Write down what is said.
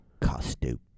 costume